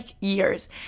years